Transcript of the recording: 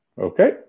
Okay